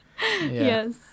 Yes